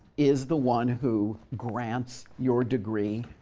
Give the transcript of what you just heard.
is the one who grants your degree,